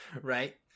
right